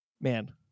man